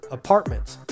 apartments